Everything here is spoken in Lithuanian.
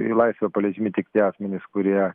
į laisvę paleidžiami tik tie asmenys kurie